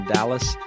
Dallas